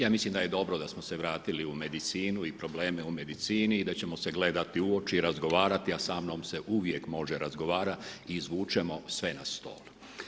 Ja mislim da je dobro da smo se vratili u medicinu i probleme u medinici i da ćemo se gledati u oči i razgovarati, a sa mnom se uvijek može razgovara izvučemo sve na stol.